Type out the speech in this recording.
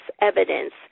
evidence